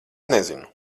nezinu